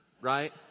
right